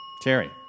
Terry